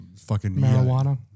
Marijuana